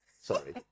Sorry